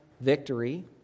victory